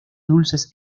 dulces